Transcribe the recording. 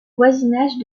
voisinage